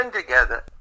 together